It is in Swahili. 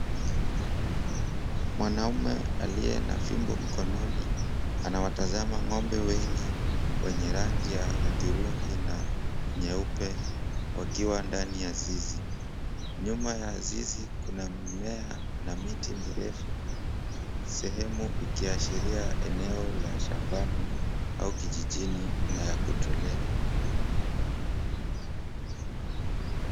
Mwanamume aliye na fimbo mkononi anawatazama ng'ombe wengi wenye rangi ya hudhurungi na nyeupe wakiwa ndani ya zizi. Nyuma ya zizi kuna mimea na miti mirefu. Sehemu ikiashiria eneo la shambani au kijijini na ya kutulia.